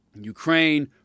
Ukraine